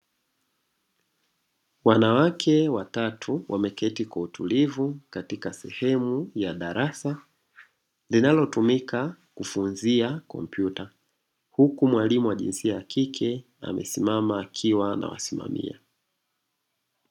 Wanawake watatu wameketi kwa utulivu katika sehemu ya darasa, linalotumika kufunzia kompyuta, huku mwalimu wa jinsia ya kike amesimama akiwa anawasimamia.